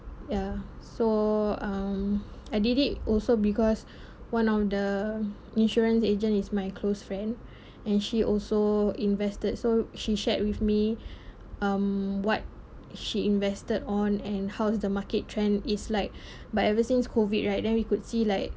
ya so um I did it also because one of the insurance agent is my close friend and she also invested so she shared with me um what she invested on and how's the market trend is like but ever since COVID right then we could see like